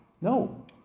No